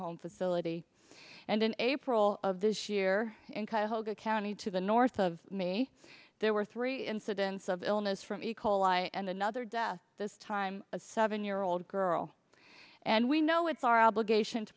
home facility and in april of this year in cuyahoga county to the north of me there were three incidents of illness from e coli and another death this time a seven year old girl and we know it's our obligation to